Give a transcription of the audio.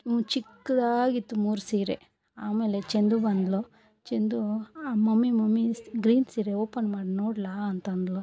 ಹ್ಞೂ ಚಿಕ್ಕದಾಗಿತ್ತು ಮೂರು ಸೀರೆ ಆಮೇಲೆ ಚಂದು ಬಂದಳು ಚಂದೂ ಮಮ್ಮಿ ಮಮ್ಮಿ ಗ್ರೀನ್ ಸೀರೆ ಓಪನ್ ಮಾಡಿ ನೋಡ್ಲಾಅಂತಂದಳು